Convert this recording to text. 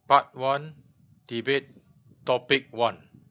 part one debate topic one